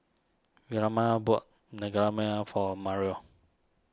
Vilma bought Naengmyeon for Marrion